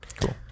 cool